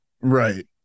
Right